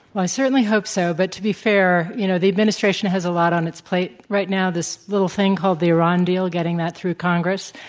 i certainly hope so, but to be fair, you know, the administration has a lot on its plate right now. this little thing called the iran deal, getting that through congress,